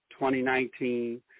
2019